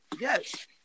Yes